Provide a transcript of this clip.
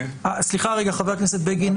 סליחה רגע חבר הכנסת בגין,